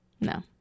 No